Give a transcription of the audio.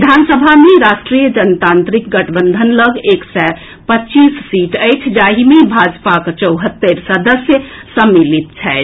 विधानसभा मे राष्ट्रीय जनतांत्रिक गठबंधन लऽग एक सय पच्चीस सीट अछि जाहि मे भाजपाक चौहत्तरि सदस्य सम्मिलित छथि